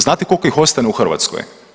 Znate koliko ih ostane u Hrvatskoj?